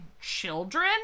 children